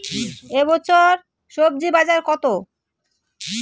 এ বছর স্বজি বাজার কত?